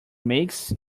makes